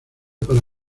para